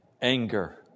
anger